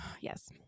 yes